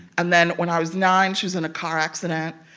and then when i was nine, she was in a car accident,